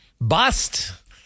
bust